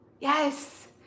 Yes